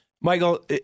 Michael